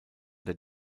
der